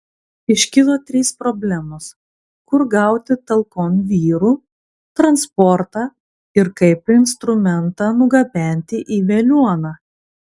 iškilo trys problemos kur gauti talkon vyrų transportą ir kaip instrumentą nugabenti į veliuoną